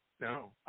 No